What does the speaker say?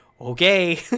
okay